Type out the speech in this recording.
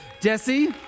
Jesse